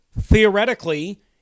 theoretically